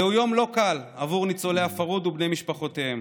זהו יום לא קל עבור ניצולי הפרהוד ובני משפחותיהם,